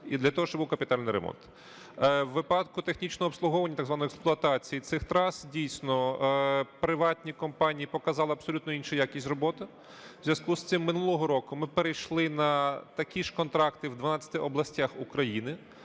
і для того щоб був капітальний ремонт. В випадку технічного обслуговування, так званої експлуатації цих трас, дійсно, приватні компанії показали абсолютно іншу якість роботи. В зв'язку з цим минулого року ми перейшли на такі ж контракти в 12 областях України